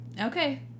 Okay